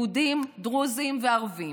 יהודים, דרוזים וערבים,